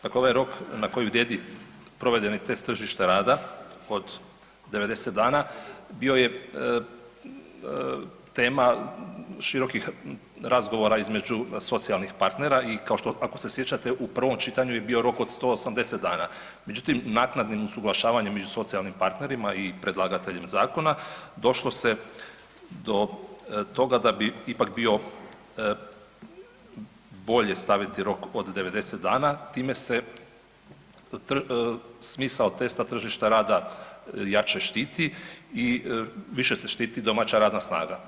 Dakle, ovaj rok na koji vrijedi provedeni test tržišta rada od 90 dana bio je tema širokih razgovora između socijalnih partnera i kao što, ako se sjećate u prvom čitanju je bio rok od 180 dana, međutim naknadnim usuglašavanjem među socijalnim partnerima i predlagateljem zakona došlo se do toga da bi ipak bio bolje staviti rok od 90 dana time se smisao testa tržišta rada jače štiti i više se štiti domaća radna snaga.